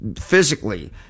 physically